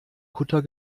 kutter